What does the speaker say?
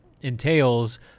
entails